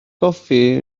goffi